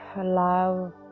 allow